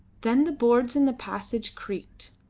then the boards in the passage creaked,